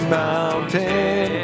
mountain